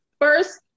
first